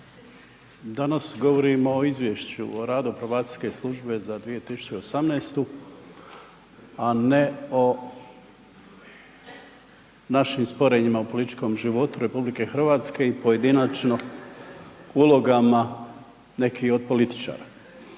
Danas govorimo o izvješću, o radu probacijske službe za 2018., a ne o našim sporenjima u političkom životu RH i pojedinačno ulogama neki od političara.